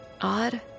odd